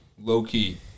low-key